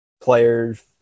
players